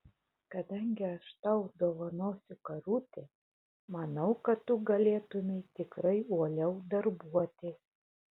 kadangi aš tau dovanosiu karutį manau kad tu galėtumei tikrai uoliau darbuotis